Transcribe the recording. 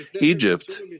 Egypt